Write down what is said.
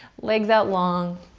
legs out long.